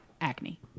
acne